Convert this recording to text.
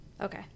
Okay